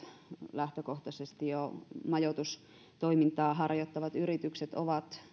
lähtökohtaisesti jo majoitustoimintaa harjoittavat yritykset ovat ainakin välillisesti